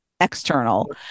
external